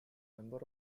member